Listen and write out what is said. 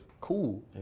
cool